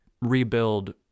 rebuild